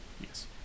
Yes